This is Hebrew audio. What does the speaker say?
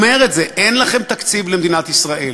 אומר את זה: אין לכם תקציב, למדינת ישראל.